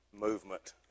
Movement